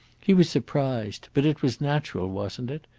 he was surprised but it was natural, wasn't it?